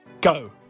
Go